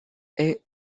est